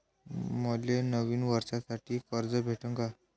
मले नवीन वर्षासाठी कर्ज भेटन का?